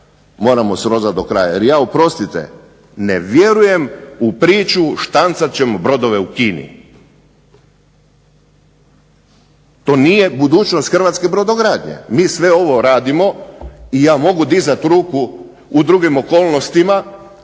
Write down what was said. moramo srozati do kraja. Jer ja oprostite ne vjerujem u priču štancat ćemo brodove u Kini. To nije budućnost hrvatske brodogradnje. Mi sve ovo radimo i ja mogu dizat ruku u drugim okolnostima